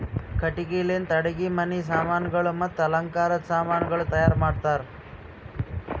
ಕಟ್ಟಿಗಿ ಲಿಂತ್ ಅಡುಗಿ ಮನಿ ಸಾಮಾನಗೊಳ್ ಮತ್ತ ಅಲಂಕಾರದ್ ಸಾಮಾನಗೊಳನು ತೈಯಾರ್ ಮಾಡ್ತಾರ್